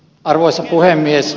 arvoisa puhemies